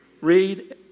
read